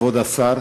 כבוד השר,